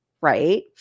right